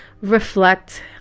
reflect